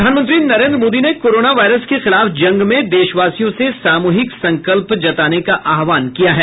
प्रधानमंत्री नरेन्द्र मोदी ने corona virus के खिलाफ जंग में देशवासियों से सामूहिक संकल्प जताने का आह्वान किया है